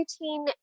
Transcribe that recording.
routine